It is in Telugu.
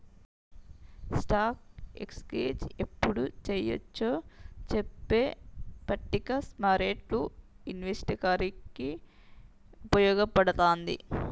స్టాక్ ఎక్స్చేంజ్ యెప్పుడు చెయ్యొచ్చో చెప్పే పట్టిక స్మార్కెట్టు ఇన్వెస్టర్లకి వుపయోగపడతది